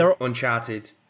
Uncharted